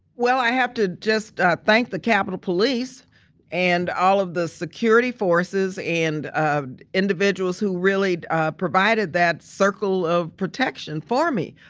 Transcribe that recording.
well, i have to just thank the capitol police and all of the security forces and individuals who really ah provided that circle of protection for me.